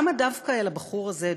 למה דווקא אל הבחור הזה,